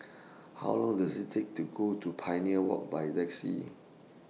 How Long Does IT Take to Go to Pioneer Walk By Taxi